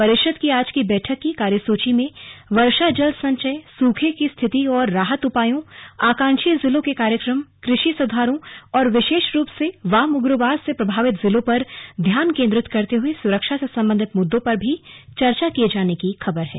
परिषद की आज की बैठक की कार्यसूची में वर्षा जल संचय सूखे की स्थिति और राहत उपायों आकांक्षी जिलों के कार्यक्रम कृषि सुधारों और विशेष रूप से वाम उग्रवाद से प्रभावित जिलों पर ध्यान केन्द्रित करते हुए सुरक्षा से संबंधित मुद्दों पर भी चर्चा किए जाने की खबर है